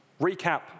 recap